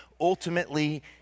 Ultimately